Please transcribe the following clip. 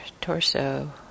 torso